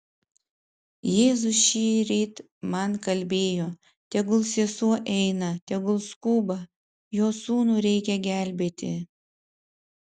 jėzus šįryt man kalbėjo tegul sesuo eina tegul skuba jos sūnų reikia gelbėti